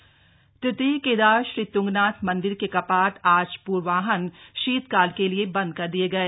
तंगनाथ कपाट बंद तृतीय केदार श्री तृंगनाथ मंदिर के कपाट आज पूर्वाहन शीतकाल के लिए बंद कर दिये गए